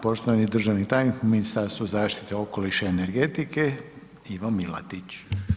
Poštovani državni tajnik u Ministarstvu zaštite okoliša i energetike Ivo Milatić.